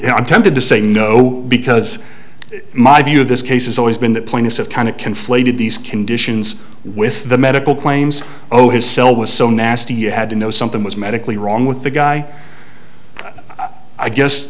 i'm tempted to say no because my view of this case has always been the plaintiffs have kind of conflated these conditions with the medical claims oh his cell was so nasty you had to know something was medically wrong with the guy i guess